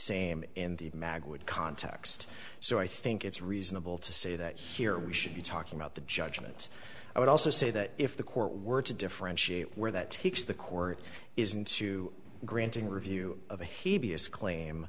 same in the mag would context so i think it's reasonable to say that here we should be talking about the judgment i would also say that if the court were to differentiate where that takes the court is into granting review of